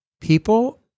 people